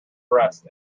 rest